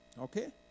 Okay